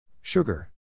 Sugar